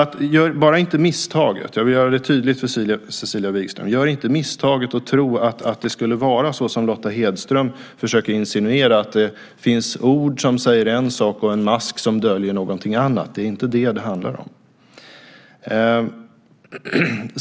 Gör bara inte misstaget - jag vill göra det tydligt för Cecilia Wigström - att tro att det skulle vara så som Lotta Hedström försöker insinuera, att det finns ord som säger en sak och en mask som döljer någonting annat. Det är inte det det handlar om.